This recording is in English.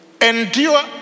endure